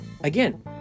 again